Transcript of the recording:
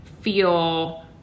feel